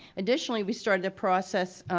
additionally we started the process,